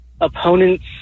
opponents